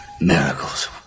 Miracles